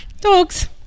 dogs